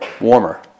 warmer